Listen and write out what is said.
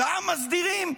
אותם מסדירים?